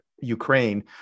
ukraine